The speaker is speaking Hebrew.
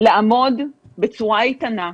לעמוד בצורה איתנה,